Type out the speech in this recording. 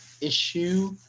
issue